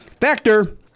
Factor